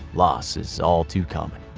loss is all too common.